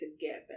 together